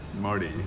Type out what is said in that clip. Marty